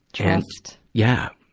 trust. yeah.